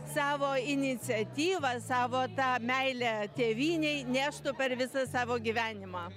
savo iniciatyvą savo tą meilę tėvynei neštų per visą savo gyvenimą